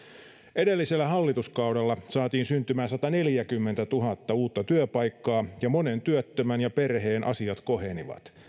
edellisellä hallituskaudella saatiin syntymään sataneljäkymmentätuhatta uutta työpaikkaa ja monen työttömän ja perheen asiat kohenivat